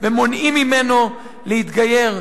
ומונעים ממנו להתגייר.